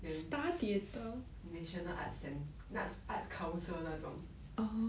then national arts cen~ arts arts council 那种